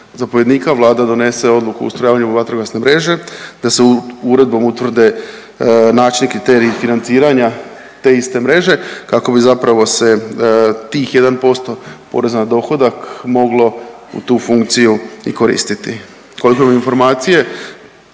zapovjednika Vlada donese odluku o ustrojavanju vatrogasne mreže, da se uredbom utvrde način i kriteriji financiranja te iste mreže kako bi zapravo se tih 1% poreza na dohodak moglo u tu funkciju i koristiti. Koliko imam informacije